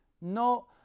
no